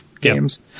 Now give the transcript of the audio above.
games